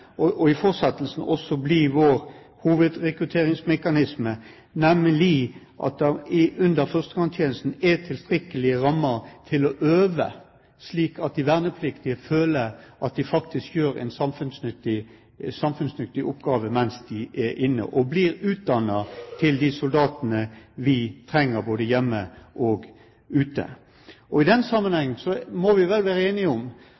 i fortsettelsen også bli vår hovedrekrutteringsmekanisme, nemlig at det under førstegangstjenesten er tilstrekkelige rammer til å øve, slik at de vernepliktige føler at de faktisk gjør en samfunnsnyttig oppgave, mens de blir utdannet til de soldatene vi trenger både hjemme og ute. I den sammenheng må vi vel være enige om